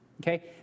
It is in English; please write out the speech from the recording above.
Okay